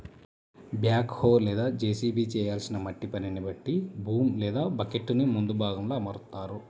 back హో లేదా JCB చేయాల్సిన మట్టి పనిని బట్టి బూమ్ లేదా బకెట్టుని ముందు భాగంలో అమరుత్తారు